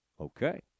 Okay